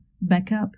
backup